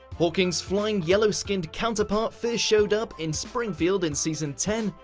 hawking's flying, yellow-skinned counterpart first showed up in springfield in season ten,